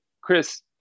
Chris